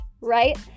right